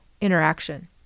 interaction